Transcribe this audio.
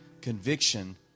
Conviction